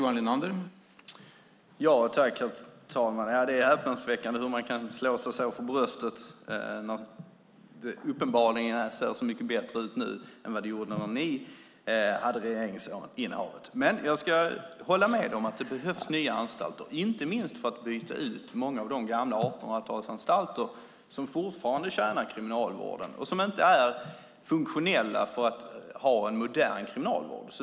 Herr talman! Det är häpnadsväckande hur man kan slå sig för bröstet när det uppenbarligen ser mycket bättre ut nu än när ni hade regeringsinnehavet. Jag ska dock hålla med dig om att det behövs nya anstalter, inte minst för att byta ut många av de många 1800-talsanstalter som fortfarande tjänar Kriminalvården och som inte är funktionella för en modern kriminalvård.